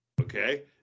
Okay